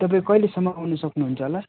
तपाईँ कहिलेसम्म आउनु सक्नुहुन्छ होला